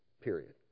Period